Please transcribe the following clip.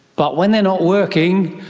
but when they're not working,